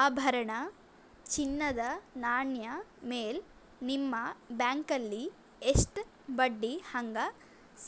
ಆಭರಣ, ಚಿನ್ನದ ನಾಣ್ಯ ಮೇಲ್ ನಿಮ್ಮ ಬ್ಯಾಂಕಲ್ಲಿ ಎಷ್ಟ ಬಡ್ಡಿ ಹಂಗ